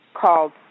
called